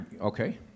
Okay